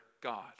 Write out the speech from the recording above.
God